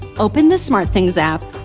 open the smartthings app